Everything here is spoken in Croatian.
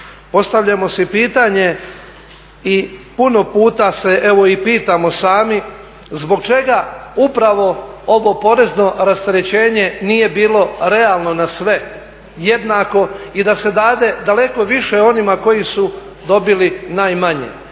Postavljamo si pitanje i puno puta se evo i pitamo sami, zbog čega upravo ovo porezno rasterećenje nije bilo realno na sve, jednako i da se dade daleko više onima koji su dobili najmanje.